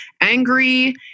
angry